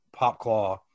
Popclaw